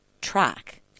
track